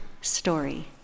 story